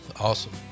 Awesome